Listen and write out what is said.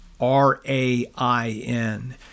R-A-I-N